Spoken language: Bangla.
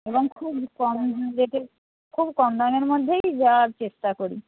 এবং খুব কম রেটে খুব কম দামের মধ্যেই দেওয়ার চেষ্টা করি